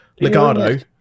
Legado